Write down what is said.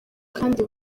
kandi